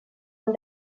han